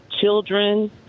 children